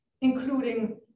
including